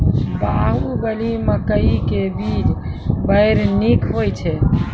बाहुबली मकई के बीज बैर निक होई छै